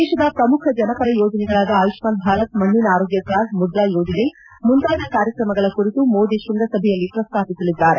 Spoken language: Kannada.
ದೇಶದ ಪ್ರಮುಖ ಜನಪರ ಯೋಜನೆಗಳಾದ ಆಯುಷ್ಸಾನ್ ಭಾರತ್ ಮಣ್ಣಿನ ಆರೋಗ್ಯ ಕಾರ್ಡ್ ಮುದ್ರಾ ಯೋಜನೆ ಮುಂತಾದ ಕಾರ್ಯಕ್ರಮಗಳ ಕುರಿತು ಮೋದಿ ಕೃಂಗಸಭೆಯಲ್ಲಿ ಪ್ರಸ್ತಾಪಿಸಲಿದ್ದಾರೆ